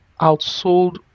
outsold